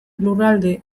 lurralde